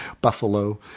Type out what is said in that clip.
Buffalo